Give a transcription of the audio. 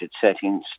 settings